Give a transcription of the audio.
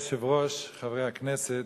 אדוני היושב-ראש, חברי הכנסת,